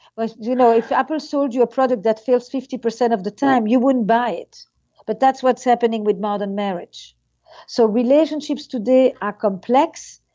but you know if apple sold you a product that fails fifty percent of the time, you wouldn't buy it but that's what's happening with modern marriage so relationships today are complex,